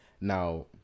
now